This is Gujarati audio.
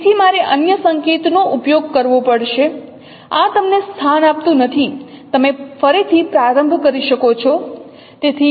તેથી મારે અન્ય સંકેતનો ઉપયોગ કરવો પડશે આ તમને સ્થાન આપતું નથી તમે ફરીથી પ્રારંભ કરી શકો છો